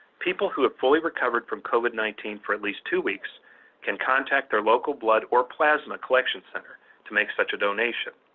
people who have fully recovered from covid nineteen for at least two weeks can contact their local blood or plasma collection center to make such a donation.